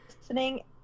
listening